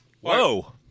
Whoa